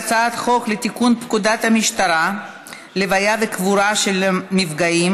אני קובעת כי הצעת חוק יום השחרור וההצלה מגרמניה הנאצית,